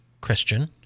Christian